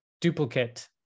duplicate